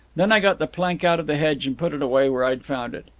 then i got the plank out of the hedge and put it away where i'd found it.